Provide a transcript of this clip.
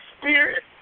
spirit